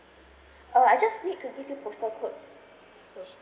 uh I just need to give you postal code